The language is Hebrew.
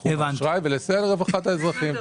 בתחום האשראי ולסייע לרווחת האזרחים.